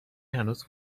هنوز